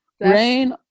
rain